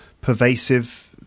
pervasive